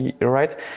right